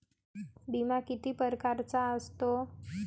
बिमा किती परकारचा असतो?